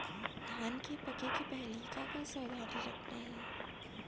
धान के पके के पहिली का का सावधानी रखना हे?